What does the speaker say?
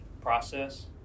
process